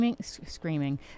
screaming